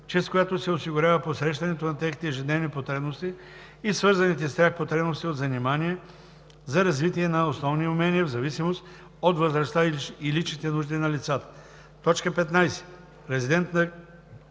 чрез която се осигурява посрещането на техните ежедневни потребности и свързаните с тях потребности от занимания за развитие на основни умения в зависимост от възрастта и личните нужди на лицата. 15.